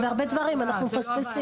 והרבה דברים אנחנו מפספסים.